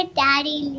daddy